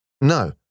No